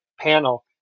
panel